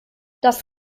das